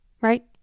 right